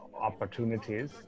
opportunities